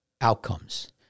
outcomes